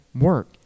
work